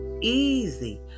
easy